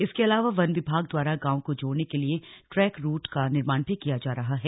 इसके अलावा वन विभाग द्वारा गांव को जोड़ने के लिए ट्रेक रूट का निर्माण भी किया जा रहा है